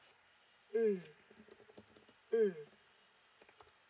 mm mm